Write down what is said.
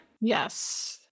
yes